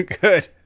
good